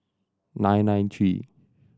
nine nine three